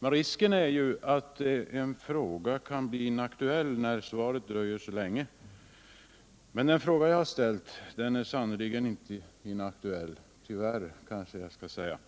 Risken finns ju att en fråga kan bli inaktuell när svaret dröjer så länge. Men den fråga jag ställt den är sannerligen inte inaktuell. Tyvärr, kanske jag skall säga.